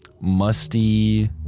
Musty